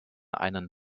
einen